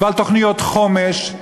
ועל תוכניות חומש,